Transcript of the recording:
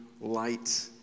light